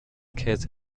käse